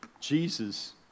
Jesus